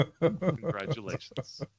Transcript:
Congratulations